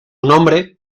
nombre